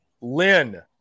Lynn